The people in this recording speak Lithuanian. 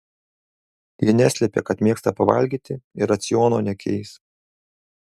ji neslepia kad mėgsta pavalgyti ir raciono nekeis